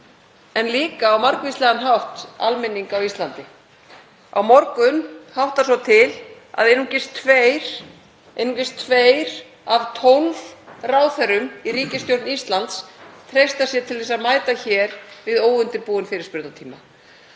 en líka á margvíslegan hátt almenning á Íslandi. Á morgun háttar svo til að einungis tveir af 12 ráðherrum í ríkisstjórn Íslands treysta sér til að mæta hér við óundirbúinn fyrirspurnatíma.